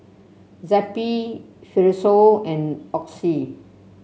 Zappy Fibrosol and Oxy